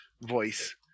voice